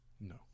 No